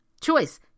choice